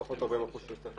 10,000 פחות 40% זה 6000,